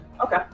Okay